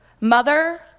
mother